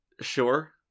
sure